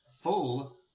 full